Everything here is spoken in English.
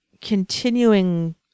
continuing